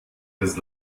des